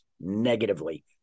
negatively